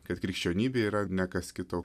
kad krikščionybė yra ne kas kita o